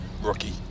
rookie